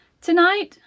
tonight